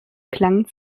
klang